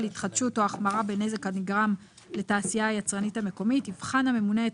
התחדשות או החמרה בנזק הנגרם לתעשייה היצרנית המקומית יבחן הממונה את